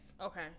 Okay